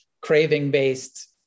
craving-based